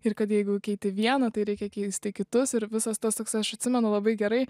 ir kad jeigu keiti vieną tai reikia keisti kitus ir visas tas toks aš atsimenu labai gerai